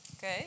Good